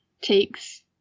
takes